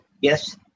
Yes